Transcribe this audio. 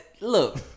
Look